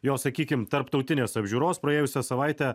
jo sakykim tarptautinės apžiūros praėjusią savaitę